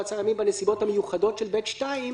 במעצר ימים בנסיבות המיוחדות של (ב2),